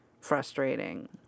frustrating